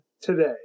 today